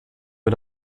mir